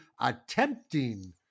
attempting